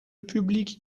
public